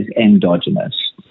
endogenous